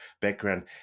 background